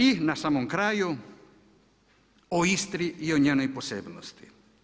I na samom kraju o Istri i o njenoj posebnosti.